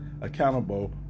accountable